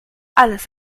alles